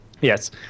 Yes